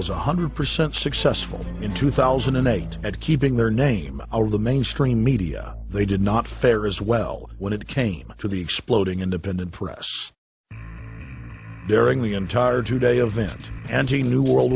one hundred percent successful in two thousand and eight and keeping their name out of the mainstream media they did not fare as well when it came to the exploding independent press during the entire two day event and the new world